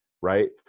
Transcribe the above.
right